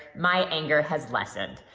my anger has lessened,